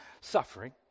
suffering